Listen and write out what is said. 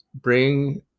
bring